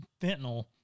fentanyl